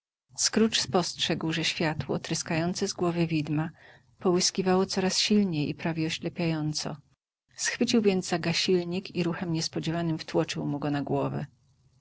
scrooge spostrzegł że światło tryskające z głowy widma połyskiwało coraz silniej i prawie oślepiająco schwycił więc za gasilnik i ruchem niespodziewanym wtłoczył mu go na głowę